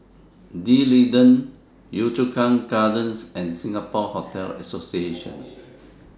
D'Leedon Yio Chu Kang Gardens and Singapore Hotel Association